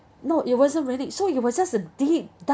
no it wasn't raining so it was just a deep